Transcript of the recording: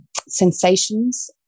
sensations